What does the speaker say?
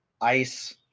Ice